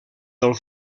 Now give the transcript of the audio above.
del